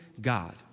God